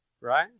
Right